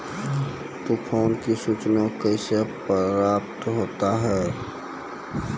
तुफान की सुचना कैसे प्राप्त होता हैं?